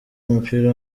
w’umupira